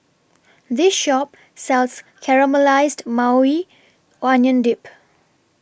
This Shop sells Caramelized Maui Onion Dip